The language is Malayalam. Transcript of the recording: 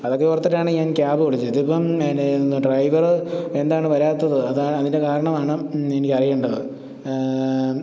അതൊക്കെ ഓർത്തിട്ടാണ് ഞാൻ ക്യാബ് വിളിച്ചത് ഇതിപ്പോള് പിന്നെ ഡ്രൈവര് എന്താണ് വരാത്തത് അത് അതിൻ്റെ കാരണമാണ് എനിക്കറിയേണ്ടത്